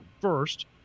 First